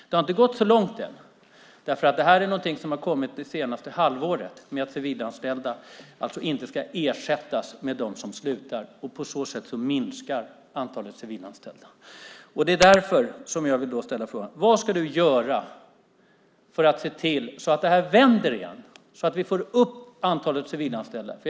Den har inte gått så långt ännu eftersom det här är någonting som kommit det senaste halvåret. De civilanställda som slutar ska alltså inte ersättas, och på så sätt minskar antalet civilanställda. Vad ska du göra, Beatrice Ask, för att se till att utvecklingen vänder och vi får upp antalet civilanställda igen?